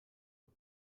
eux